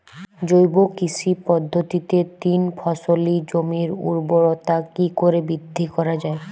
জৈব কৃষি পদ্ধতিতে তিন ফসলী জমির ঊর্বরতা কি করে বৃদ্ধি করা য়ায়?